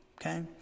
okay